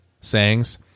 sayings